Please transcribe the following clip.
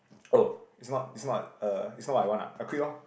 oh it's not it's not uh it's not what I want ah I quit loh